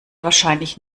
wahrscheinlich